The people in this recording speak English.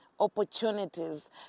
opportunities